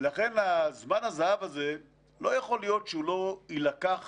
ולכן, זמן הזהב הזה, לא יכול להיות שהוא לא יילקח